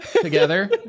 together